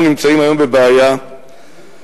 אנחנו נמצאים היום בבעיה שבארץ-ישראל,